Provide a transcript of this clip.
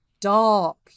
dark